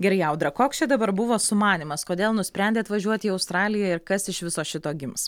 gerai audra koks čia dabar buvo sumanymas kodėl nusprendėt važiuoti į australiją ir kas iš viso šito gims